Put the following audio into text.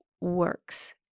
works